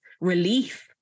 relief